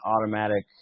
automatic